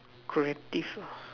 creative ah